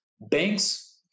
banks